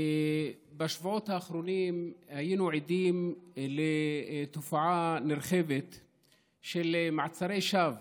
בשבועות האחרונים היינו עדים לתופעה נרחבת של מעצרי שווא